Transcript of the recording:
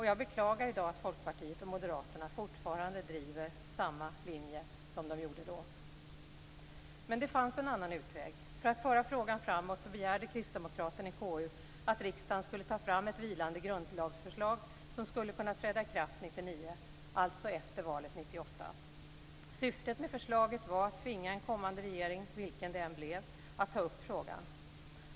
Jag beklagar i dag att Folkpartiet och moderaterna fortfarande driver samma linje som de gjorde då. Men det fanns en annan utväg. För att föra frågan framåt begärde kristdemokraterna i KU att riksdagen skulle ta fram ett vilande grundlagsförslag som skulle kunna träda i kraft 1999, alltså efter valet 1998. Syftet med förslaget var att tvinga en kommande regering, vilken den än blev, att ta upp frågan.